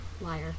Liar